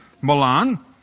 Milan